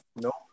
No